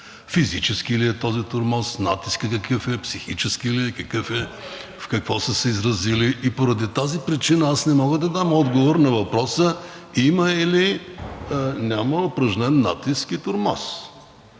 физически ли е този тормоз, натискът какъв е, психически ли е, какъв е, в какво са се изразили? И поради тази причина аз не мога да дам отговор на въпроса има или няма упражнен натиск и тормоз.